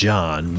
John